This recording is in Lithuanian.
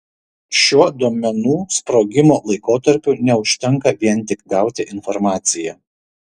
šiuo duomenų sprogimo laikotarpiu neužtenka vien tik gauti informaciją